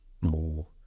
more